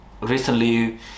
recently